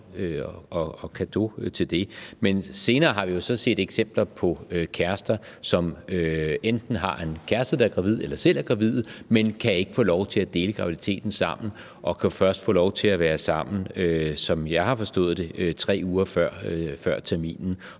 og cadeau til det. Men senere har vi jo så set eksempler på personer, som enten har en kæreste, der er gravid, eller selv er gravide, men de kan ikke få lov til at dele graviditeten sammen og kan, som jeg har forstået det, først